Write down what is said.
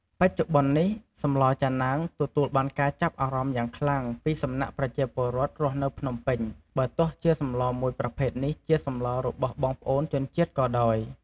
បច្ចុប្បន្ននេះ សម្លចាណាង ទទួលបានការចាប់អារម្មណ៍យ៉ាងខ្លាំង ពីសំណាក់ប្រជាពលរដ្ឋដែលរស់នៅភ្នំពេញ បើទោះជាសម្លមួយប្រភេទនេះជាសម្លបស់បងប្អូនជនជាតិក៏ដោយ។